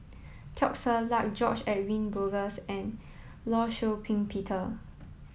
Teo Ser Luck George Edwin Bogaars and Law Shau Ping Peter